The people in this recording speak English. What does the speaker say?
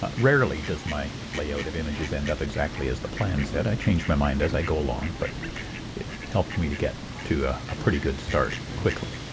ah rarely does my layout of images end up exactly as the plan said i change my mind as i go along but it helped me to get to a ah pretty good start quickly.